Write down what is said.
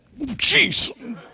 Jeez